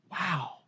Wow